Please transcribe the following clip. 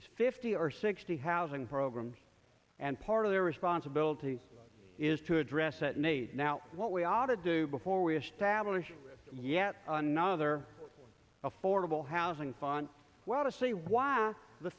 is fifty or sixty housing programs and part of their responsibility is to address that need now what we ought to do before we establish yet another affordable housing font well to see why the